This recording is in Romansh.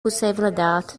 pusseivladad